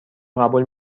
قبول